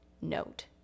note